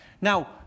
Now